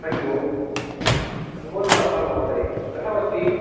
हरिः ओं नमो नमः महोदय कथमस्ति